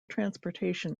transportation